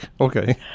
Okay